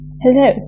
Hello